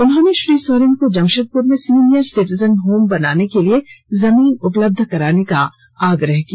उन्होंने श्री सोरेन को जमशेदपुर में सीनियर सिटीजन होम बनाने के लिए जमीन उपलब्ध कराने का आग्रह किया